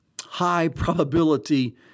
high-probability